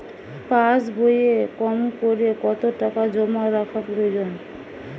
পাশবইয়ে কমকরে কত টাকা জমা রাখা প্রয়োজন?